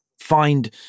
find